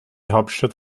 hauptstadt